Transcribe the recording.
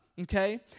Okay